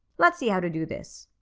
let's see how to do this.